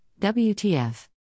WTF